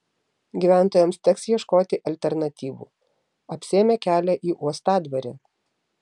gyventojams teks ieškoti alternatyvų apsėmė kelią į uostadvarį